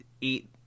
eat